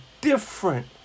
different